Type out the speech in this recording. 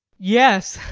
yes,